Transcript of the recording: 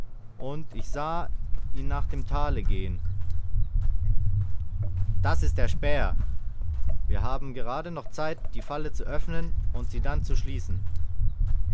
und ich sah ihn nach dem tale gehen das ist der späher wir haben grad noch zeit die falle zu öffnen um sie dann zu schließen